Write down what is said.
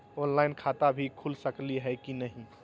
Online खाता भी खुल सकली है कि नही?